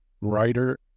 writer